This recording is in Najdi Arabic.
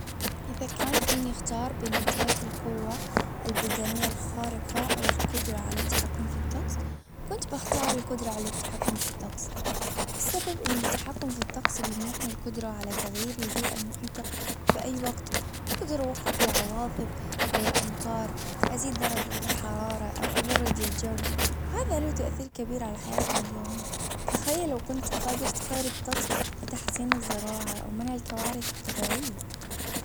اذا كان فيني اختار بين امتلاك القوة البدنية الخارقة او القدرة على التحكم في الطقس كنت بختار القدرة على التحكم في الطقس والسبب اني التحكم في الطقس بيمنحني القدرة على تغيير البيئة المحيطة باي وقت أجدر اوقف العواصف او الامطار أزيد درجة الحرارة أو ابرد الجو وهذا له تأثير كبير على حياتنا اليومية. تخيل لو كنت قادر تغير الطقس لتحسين الزراعة او منع الكوارث الطبيعية.